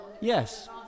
Yes